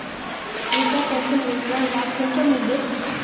वृद्धा पेंशन योजनार लाभ कुंसम मिलबे?